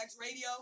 radio